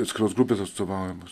atskiros grupės atstovaujamos